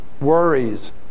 worries